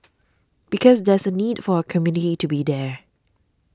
because there's a need for a community to be there